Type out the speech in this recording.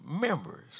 members